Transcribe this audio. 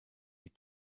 die